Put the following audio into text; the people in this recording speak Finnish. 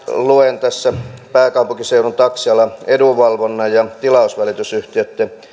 luen tässä pääkaupunkiseudun taksialan edunvalvonnan ja tilausvälitysyhtiöitten